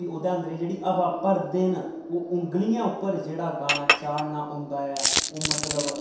ओह्दे अंदर एह् जेह्ड़ी हवा भरदे न ओह उंगलियें उप्पर जेह्ड़ा गाना चाढ़ना होंदा ऐ ओह् मतलब